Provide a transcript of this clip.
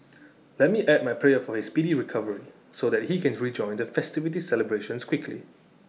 let me add my prayer for his speedy recovery so that he can rejoin the festivity celebrations quickly